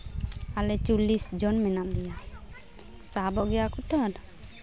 ᱟᱞᱮ ᱪᱚᱞᱞᱤᱥ ᱡᱚᱱ ᱢᱮᱱᱟᱜ ᱞᱮᱭᱟ ᱥᱟᱦᱚᱵᱚᱜ ᱜᱮᱭᱟ ᱠᱚᱛᱚ